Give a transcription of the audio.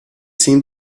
seem